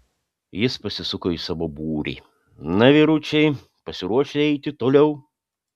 jis pasisuko į savo būrį na vyručiai pasiruošę eiti toliau